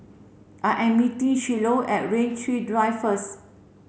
I am meeting Shiloh at Rain Tree Drive first